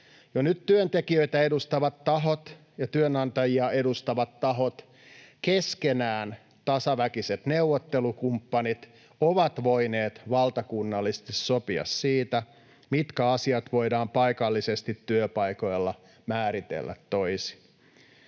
Jo nyt työntekijöitä edustavat tahot ja työnantajia edustavat tahot, keskenään tasaväkiset neuvottelukumppanit, ovat voineet valtakunnallisesti sopia siitä, mitkä asiat voidaan paikallisesti työpaikoilla määritellä toisin.